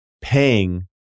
paying